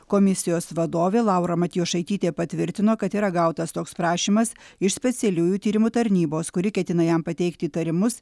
komisijos vadovė laura matjošaitytė patvirtino kad yra gautas toks prašymas iš specialiųjų tyrimų tarnybos kuri ketina jam pateikti įtarimus